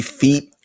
feet